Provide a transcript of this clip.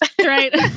Right